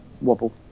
wobble